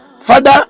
Father